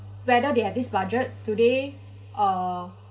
whether they have this budget today uh